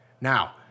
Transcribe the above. Now